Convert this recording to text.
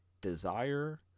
desire